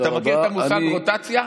אתה מכיר את המושג רוטציה?